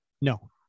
No